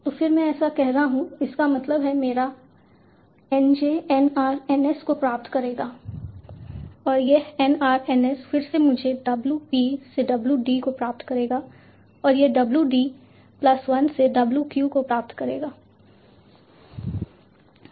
तो फिर मैं ऐसा कह रहा हूं इसका मतलब है मेरा N j N r N s को प्राप्त करेगा और यह N r N s फिर से कुछ W p से W d को प्राप्त करेगा और यह W d प्लस 1 से W q को प्राप्त करेगा